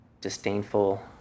disdainful